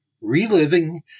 Reliving